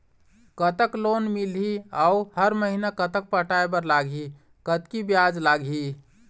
कतक लोन मिलही अऊ हर महीना कतक पटाए बर लगही, कतकी ब्याज लगही?